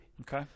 okay